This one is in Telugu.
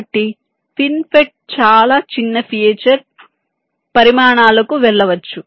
కాబట్టి ఫిన్ఫెట్ చాలా చిన్న ఫీచర్ పరిమాణాలకు వెళ్ళవచ్చు